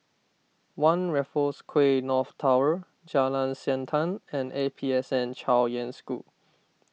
one Raffles Quay North Tower Jalan Siantan and A P S N Chaoyang School